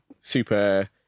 super